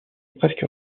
presque